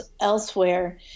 elsewhere